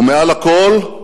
ומעל הכול,